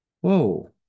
Whoa